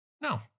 No